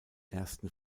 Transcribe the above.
ersten